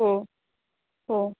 हो हो